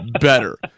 better